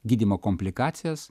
gydymo komplikacijas